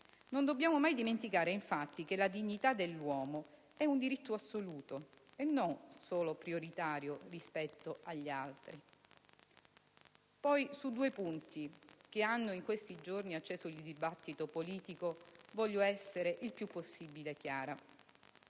Non dobbiamo mai dimenticare, infatti, che la dignità dell'uomo è un diritto assoluto e non solo prioritario rispetto agli altri. Su due punti, che hanno in questi giorni acceso il dibattito politico, voglio essere il più possibile chiara.